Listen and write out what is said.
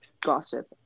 gossip